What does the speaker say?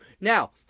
Now